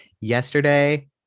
yesterday